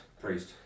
Priest